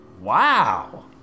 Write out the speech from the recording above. Wow